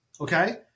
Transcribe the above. Okay